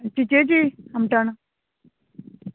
चिंचेची आमटान